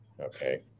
Okay